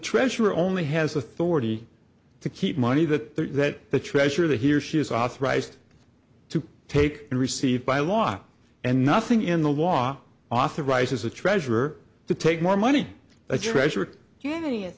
treasurer only has authority to keep money that the treasurer that he or she is authorized to take and received by law and nothing in the law authorizes the treasurer to take more money the treasurer and